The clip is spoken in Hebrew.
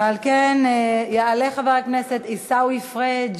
ולכן יעלה חבר הכנסת עיסאווי פריג'